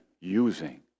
using